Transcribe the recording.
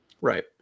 Right